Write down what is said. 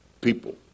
people